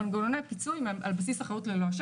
תודה רבה.